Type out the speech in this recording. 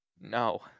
no